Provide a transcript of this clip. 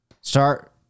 Start